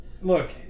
look